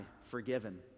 forgiven